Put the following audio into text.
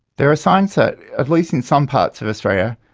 there are signs that, at least in some parts of australia,